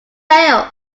rail